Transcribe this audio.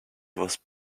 was